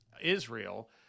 Israel